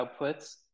outputs